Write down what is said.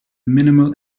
minimal